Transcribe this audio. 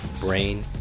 Brain